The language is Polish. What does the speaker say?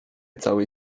całej